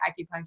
acupuncture